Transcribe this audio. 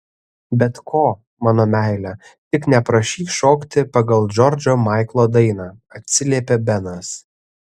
bet ko mano meile tik neprašyk šokti pagal džordžo maiklo dainą atsiliepė benas